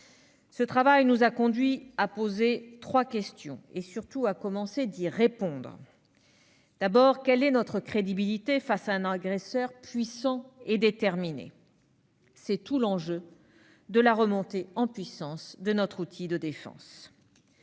qui nous a conduits à poser trois questions et, surtout, à commencer d'y répondre. Tout d'abord, quelle est notre crédibilité face à un agresseur puissant et déterminé ? C'est tout l'enjeu de la remontée en puissance de notre outil de défense.